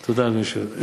תודה, אדוני היושב-ראש.